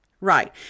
right